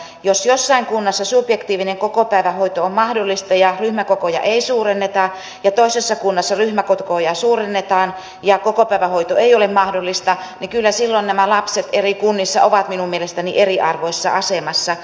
jos jossain kunnassa subjektiivinen kokopäivähoito on mahdollista ja ryhmäkokoja ei suurenneta ja toisessa kunnassa ryhmäkokoja suurennetaan ja kokopäivähoito ei ole mahdollista niin kyllä silloin nämä lapset eri kunnissa ovat minun mielestäni eriarvoisessa asemassa